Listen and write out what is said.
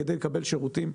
כדי לקבל שירותים,